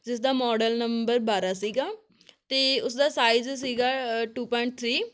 ਜਿਸ ਦਾ model number ਬਾਰ੍ਹਾਂ ਸੀਗਾ ਅਤੇ ਉਸ ਦਾ ਸਾਈਜ਼ ਸੀਗਾ ਟੂ ਪੁਆਇੰਟ ਥਰੀ